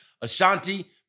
Ashanti